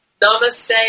Namaste